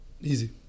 easy